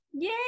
Yay